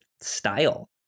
style